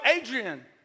Adrian